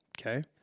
Okay